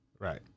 right